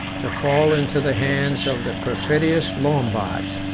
to fall into the hands of the perfidious lombards.